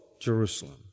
Jerusalem